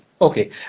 Okay